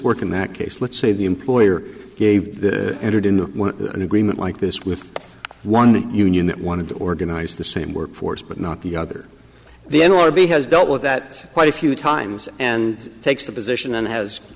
work in that case let's say the employer gave entered into an agreement like this with one union that wanted to organize the same workforce but not the other the n l r b has dealt with that quite a few times and takes the position and has